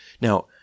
Now